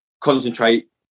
concentrate